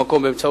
(לא נקראה, נמסרה לפרוטוקול)